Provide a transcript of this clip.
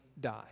die